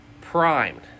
primed